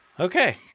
Okay